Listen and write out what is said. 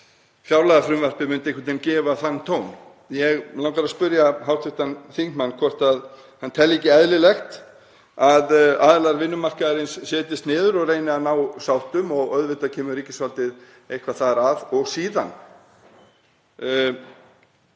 fjárlagafrumvarpið myndi kannski gefa þann tón. Mig langar að spyrja hv. þingmann hvort hann telji ekki eðlilegt að aðilar vinnumarkaðarins setjist niður og reyni að ná sáttum og auðvitað kemur ríkisvaldið eitthvað þar að og síðan